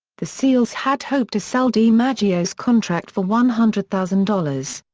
the seals had hoped to sell dimaggio's contract for one hundred thousand dollars.